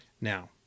Now